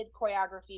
choreography